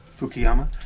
Fukuyama